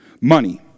Money